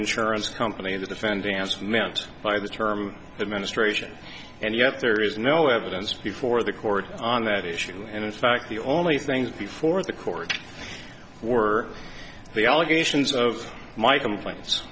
insurance company in the defending champs meant by the term administration and yet there is no evidence before the court on that issue and in fact the only things before the court were the allegations of my complain